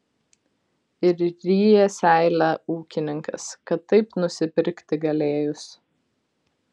ir ryja seilę ūkininkas kad taip nusipirkti galėjus